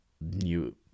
new